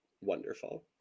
Wonderful